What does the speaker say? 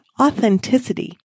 authenticity